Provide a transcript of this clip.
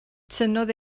tynnodd